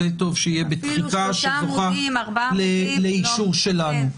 טוב שיהיה בתחיקה שזוכה לאישור שלנו.